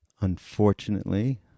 unfortunately